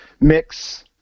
mix